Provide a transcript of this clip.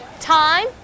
Time